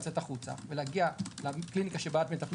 לצאת החוצה ולהגיע לקליניקה שבה את מטפלת.